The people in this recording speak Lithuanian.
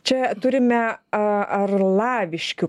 čia turime a arlaviškių